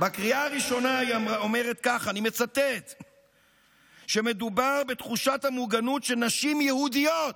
בקריאה הראשונה היא אומרת כך: מדובר בתחושת המוגנות של נשים יהודיות.